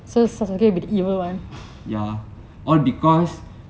ya all because